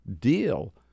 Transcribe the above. deal